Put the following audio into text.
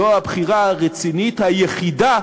זו הבחירה הרצינית היחידה